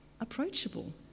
approachable